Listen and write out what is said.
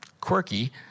quirky